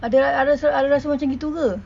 ada rasa ada rasa macam itu ke